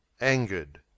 angered